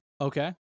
Okay